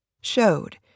showed